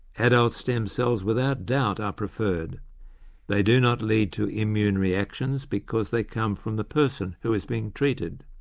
adult stem cells without doubt are preferred they do not lead to immune reactions because they come from the person who is being treated.